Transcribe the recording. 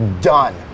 done